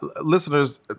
Listeners